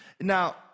Now